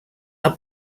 are